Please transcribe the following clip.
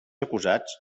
acusats